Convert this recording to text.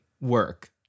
work